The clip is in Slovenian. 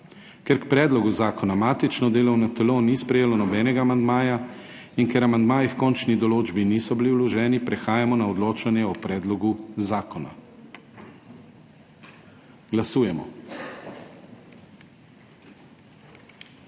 Ker k predlogu zakona matično delovno telo ni sprejelo nobenega amandmaja in ker amandmaji h končni določbi niso bili vloženi, prehajamo na odločanje o predlogu zakona. Glasujemo.